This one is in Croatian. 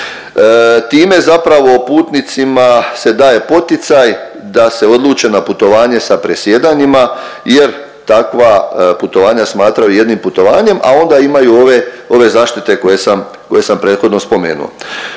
Time zapravo putnicima se daje poticaj da se odluče na putovanje sa presjedanjima jer takva putovanja smatraju jednim putovanjem, a onda imaju ove, ove zaštite koje sam, koje sam prethodno spomenuo.